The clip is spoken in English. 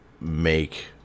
make